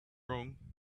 wrong